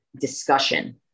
discussion